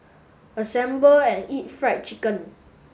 assemble and eat Fried Chicken